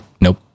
Nope